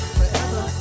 forever